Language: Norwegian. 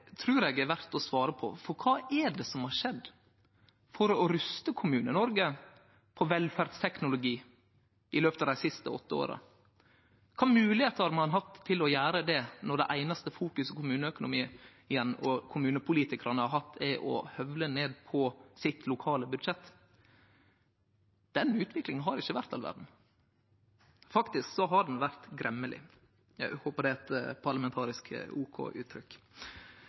som har skjedd for å ruste Kommune-Noreg på velferdsteknologi i løpet av dei siste åtte åra? Kva moglegheiter har ein hatt til å gjere det når det einaste fokuset kommunepolitikarane har hatt, har vore å høvle ned på sitt lokale budsjett? Den utviklinga har jo ikkje vore all verda. Ho har faktisk vore gremmeleg. Eg håpar det er eit parlamentarisk